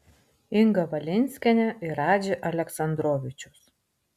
inga valinskienė ir radži aleksandrovičius